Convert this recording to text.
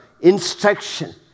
instruction